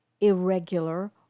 irregular